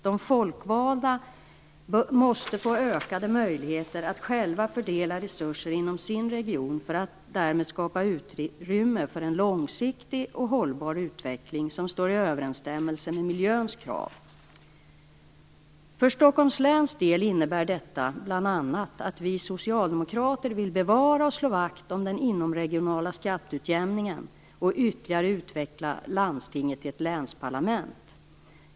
De folkvalda bör få ökade möjligheter att själva fördela resurser inom sin region för att därmed skapa utrymme för en långsiktig och hållbar utveckling som står i överensstämmelse med miljöns krav. För Stockholms läns del innebär detta bl.a. att vi socialdemokrater vill bevara och slå vakt om den inomregionala skatteutjämningen och ytterligare utveckla landstinget till ett länsparlament.